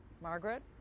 Margaret